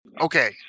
okay